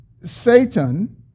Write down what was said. Satan